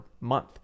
month